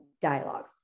dialogue